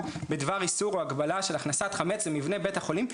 בדבר איסור או הגבלה של הכנסת חמץ למבנה בית החולים,